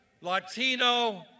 Latino